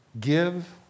give